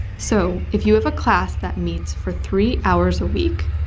so if you have a class that meets for three hours a week,